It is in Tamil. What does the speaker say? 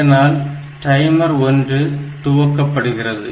இதனால் டைமர் 1 துவக்கப்படுகிறது